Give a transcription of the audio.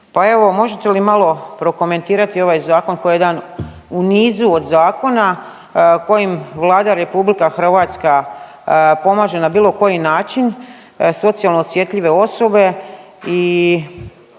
možete li malo prokomentirati ovaj zakon koji je jedan u nizu od zakona kojim Vlada RH pomaže na bilo koji način socijalno osjetljive osobe i